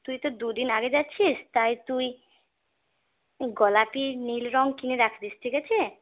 তুই তো দুদিন আগে যাচ্ছিস তাই তুই গোলাপি নীল রঙ কিনে রাখিস ঠিক আছে